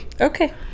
Okay